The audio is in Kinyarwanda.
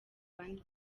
bane